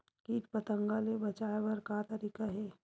कीट पंतगा ले बचाय बर का तरीका हे?